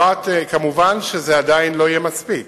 אבל כמובן זה עדיין לא מספיק.